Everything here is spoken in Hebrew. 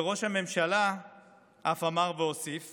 וראש הממשלה אף אמר והוסיף